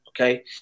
Okay